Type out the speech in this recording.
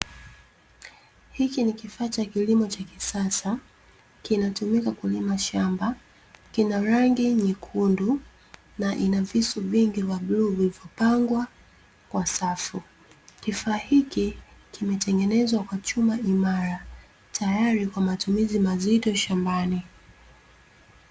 Hiki ni kifaa cha kilimo cha kisasa, kinatumika kulima shamba, kina rangi nyekundu na ina visu vingi vya bluu vilivyopangwa kwa safu. Kifaa hiki kimetengemezwa kwa chuma imara, tayari kwa matumizi mazito shambani.